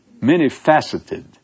many-faceted